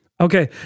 okay